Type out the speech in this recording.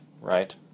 right